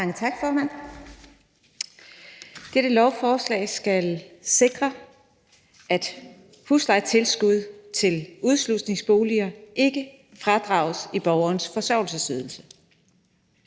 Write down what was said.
Mange tak, formand. Dette lovforslag skal sikre, at huslejetilskud til udslusningsboliger ikke fradrages i borgerens forsørgelsesydelse.